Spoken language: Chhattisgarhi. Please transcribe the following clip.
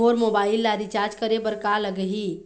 मोर मोबाइल ला रिचार्ज करे बर का लगही?